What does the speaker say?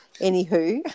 anywho